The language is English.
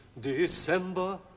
December